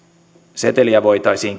seteliä voitaisiin